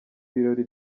birori